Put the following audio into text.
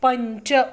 पञ्च